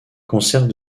conserve